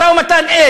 משא-ומתן אין.